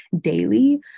daily